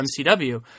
MCW